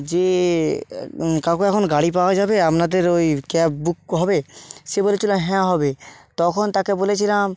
যে কাকু এখন গাড়ি পাওয়া যাবে আপনাদের ওই ক্যাব বুক হবে সে বলেছিল হ্যাঁ হবে তখন তাকে বলেছিলাম